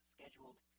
scheduled